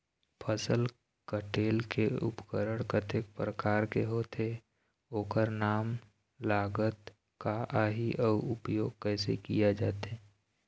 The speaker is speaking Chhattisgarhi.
फसल कटेल के उपकरण कतेक प्रकार के होथे ओकर नाम लागत का आही अउ उपयोग कैसे किया जाथे?